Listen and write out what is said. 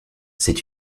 c’est